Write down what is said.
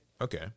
Okay